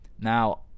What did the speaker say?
Now